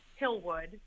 Hillwood